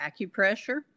acupressure